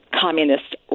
communist